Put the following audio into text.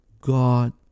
God